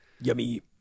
yummy